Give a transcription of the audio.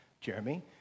Jeremy